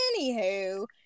anywho